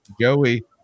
Joey